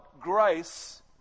grace